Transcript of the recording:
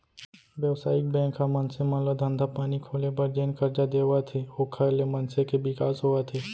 बेवसायिक बेंक ह मनसे मन ल धंधा पानी खोले बर जेन करजा देवत हे ओखर ले मनसे के बिकास होवत हे